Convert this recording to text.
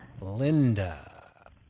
Linda